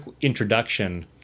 introduction